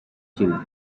children